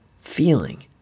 feeling